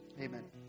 Amen